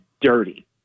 dirty